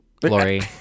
glory